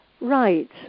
Right